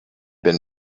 been